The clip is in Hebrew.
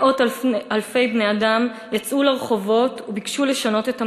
מאות אלפי בני-אדם יצאו לרחובות וביקשו לשנות את המציאות.